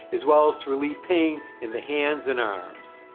as well as to relieve pain in the hands and arms.